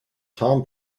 tom